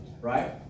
right